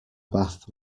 bath